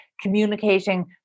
communicating